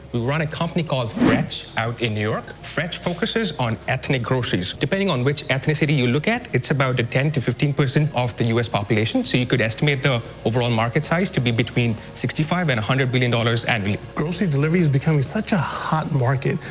we run a company called fretch out in new york. fretch focuses on ethnic groceries. depending on which ethnicity you look at, it's about a ten to fifteen percent of the u s. population, so you could estimate the overall market size to be between sixty five and one hundred billion dollars and annually. grocery delivery is becoming such a hot market.